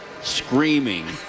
Screaming